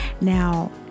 Now